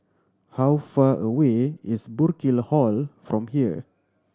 how far away is Burkill Hall from here